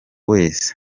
wese